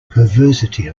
perversity